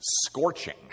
scorching